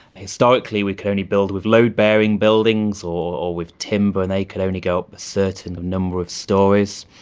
historically we can only build with load-bearing buildings or with timber and they could only go up a certain number of storeys.